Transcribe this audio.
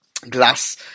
glass